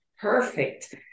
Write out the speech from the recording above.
perfect